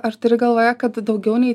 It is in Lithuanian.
ar turi galvoje kad daugiau nei